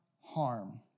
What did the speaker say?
harm